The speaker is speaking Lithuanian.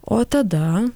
o tada